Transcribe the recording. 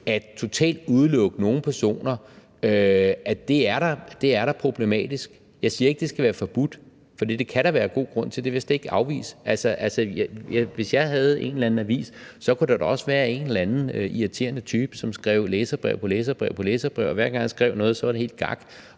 med totalt at udelukke nogle personer da er problematisk. Jeg siger ikke, at det skal være forbudt, for det kan der være god grund til, det vil jeg slet ikke afvise. Hvis jeg havde en eller anden avis, kunne der da også være en eller anden irriterende type, som skrev læserbrev på læserbrev, og hver gang jeg skrev noget, var det helt gak,